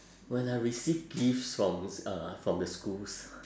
when I receive gifts from uh from the schools